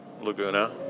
Laguna